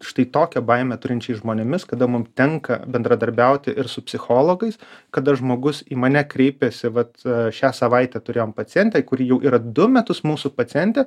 štai tokią baimę turinčiais žmonėmis kada mum tenka bendradarbiauti ir su psichologais kada žmogus į mane kreipėsi vat šią savaitę turėjom pacientę kuri jau yra du metus mūsų pacientė